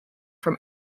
from